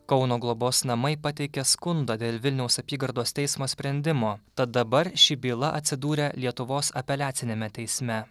kauno globos namai pateikė skundą dėl vilniaus apygardos teismo sprendimo tad dabar ši byla atsidūrė lietuvos apeliaciniame teisme